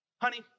honey